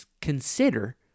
consider